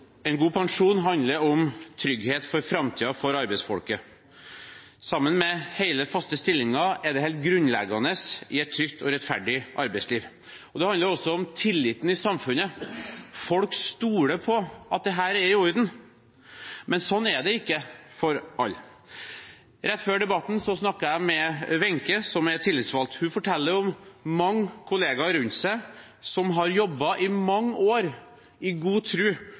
for arbeidsfolket. Sammen med hele, faste stillinger er det helt grunnleggende i et trygt og rettferdig arbeidsliv. Det handler også om tilliten i samfunnet. Folk stoler på at dette er i orden, men sånn er det ikke for alle. Rett før debatten snakket jeg med Wenche, som er tillitsvalgt. Hun fortalte om mange kollegaer hun hadde rundt seg, som har jobbet i mange år i god